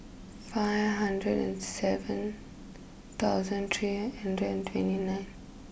five hundred and seven thousand three hundred and twenty nine